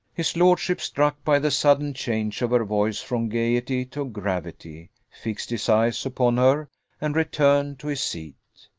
his lordship, struck by the sudden change of her voice from gaiety to gravity, fixed his eyes upon her and returned to his seat.